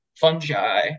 fungi